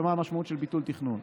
ומה המשמעות של ביטול תכנון.